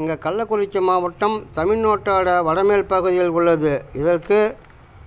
எங்கள் கள்ளக்குறிச்சி மாவட்டம் தமிழ்நாட்டோடய வடமேற் பகுதியில் உள்ளது இதற்கு